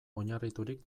oinarriturik